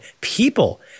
People